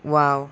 wow